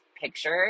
picture